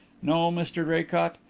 no, mr draycott,